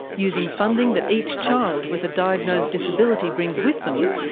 using funding that each child with a diagnosed disability brings with them,